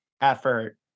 effort